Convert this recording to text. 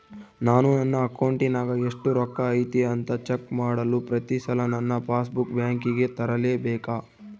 ನಾನು ನನ್ನ ಅಕೌಂಟಿನಾಗ ಎಷ್ಟು ರೊಕ್ಕ ಐತಿ ಅಂತಾ ಚೆಕ್ ಮಾಡಲು ಪ್ರತಿ ಸಲ ನನ್ನ ಪಾಸ್ ಬುಕ್ ಬ್ಯಾಂಕಿಗೆ ತರಲೆಬೇಕಾ?